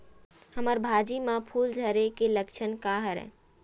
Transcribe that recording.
हमर भाजी म फूल झारे के लक्षण का हरय?